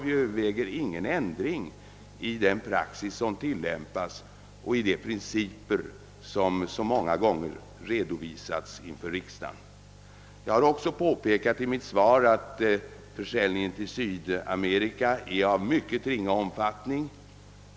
Vi överväger ingen ändring i den praxis som tillämpas eller i de principer som så många gånger redovisats inför riksdagen. Jag har också i mitt svar påpekat att försäljningen till Sydamerika har mycket ringa omfattning.